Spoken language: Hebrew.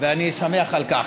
ואני שמח על כך.